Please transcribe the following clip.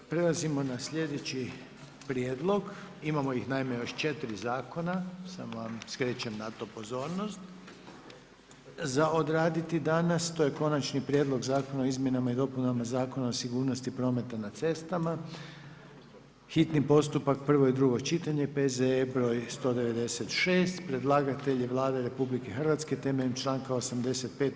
Prelazimo na sljedeći prijedlog, imamo ih naime još 4 zakona, samo vam skrećem na to pozornost, za odraditi danas to je: - Konačni prijedlog Zakona o izmjenama i dopunama Zakona o sigurnosti prometa na cestama, hitni postupak, prvo i drugo čitanje, P.Z.E. br. 196 Predlagatelj je Vlada Republike Hrvatske temeljem članka 85.